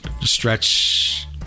stretch